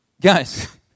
guys